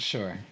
Sure